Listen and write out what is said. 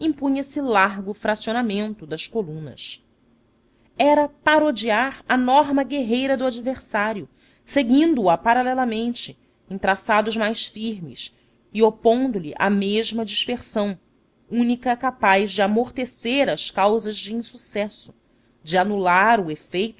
impunha se largo fracionamento das colunas era parodiar a norma guerreira do adversário seguindo a paralelamente em traçados mais firmes e opondo lhe a mesma dispersão única capaz de amortecer as causas de insucesso de anular o efeito